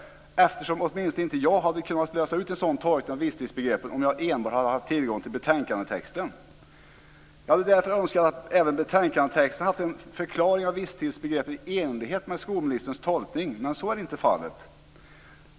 Åtminstone jag skulle inte ha kunnat läsa ut en sådan tolkning av visstidsbegreppet om jag enbart hade haft tillgång till betänkandetexten. Jag skulle därför ha önskat att även betänkandetexten hade haft en förklaring av visstidsbegreppet i enlighet med skolministerns tolkning men så är inte fallet.